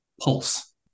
pulse